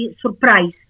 surprise